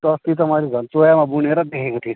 अस्ति त मैले झन् चोयामा बुनेर पो देखेको थिएँ